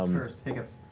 um cursed hiccups.